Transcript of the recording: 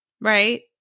right